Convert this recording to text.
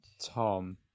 tom